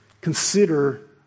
Consider